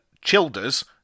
Childers